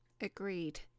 agreed